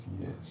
years